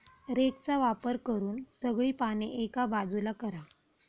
रेकचा वापर करून सगळी पाने एका बाजूला करा